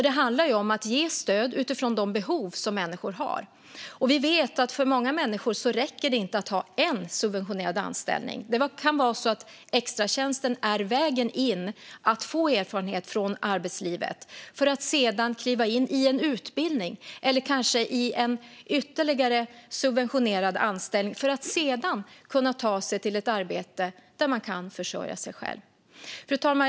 Det handlar om att ge stöd utifrån de behov som människor har. Vi vet att det för många människor inte räcker att ha en subventionerad anställning. Det kan vara så att extratjänsten är vägen in att få erfarenhet från arbetslivet för att sedan kliva in i en utbildning eller kanske i en ytterligare subventionerad anställning för att sedan kunna ta sig till ett arbete där man kan försörja sig själv. Fru talman!